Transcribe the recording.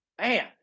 Man